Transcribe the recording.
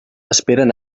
esperen